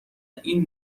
این